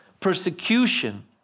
Persecution